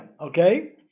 Okay